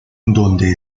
donde